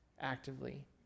actively